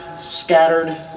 scattered